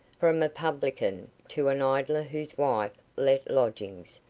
from a publican to an idler whose wife let lodgings,